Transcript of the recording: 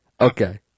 Okay